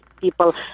people